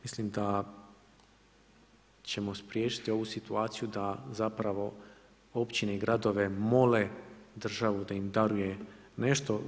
Mislim da ćemo spriječiti ovu situaciju da općine i gradove mole državu da im daruje nešto.